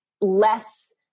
less